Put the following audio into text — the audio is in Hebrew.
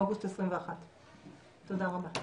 אוגוסט 2021. תודה רבה.